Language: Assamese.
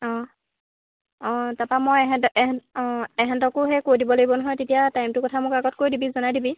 অঁ অঁ তাৰপৰা মই ইহঁত ইহে অঁ ইহঁতকো সেই কৈ দিব লাগিব নহয় তেতিয়া টাইমটো কথা মোক আগত কৈ দিবি জনাই দিবি